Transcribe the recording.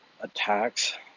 attacks